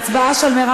ההצבעה של מי לא נרשמה?